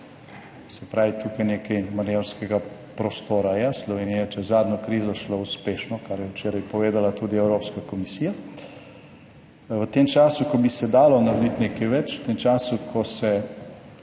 se pravi, tukaj nekaj manevrskega prostora je. Slovenija je čez zadnjo krizo šlo uspešno, kar je včeraj povedala tudi Evropska komisija. V tem času, ko bi se dalo narediti nekaj več, v tem času, ko se